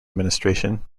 administration